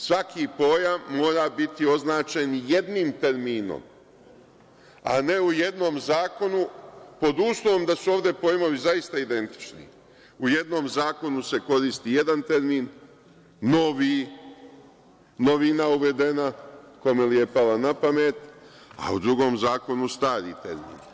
Svaki pojam mora biti označen nijednim terminom, a ne u jednom zakonu, pod uslovom da su ovde pojmovi zaista identični, u jednom zakonu se koristi jedan termin, novina uvedena, kome li je pala na pamet, a u drugom zakonu stari termin.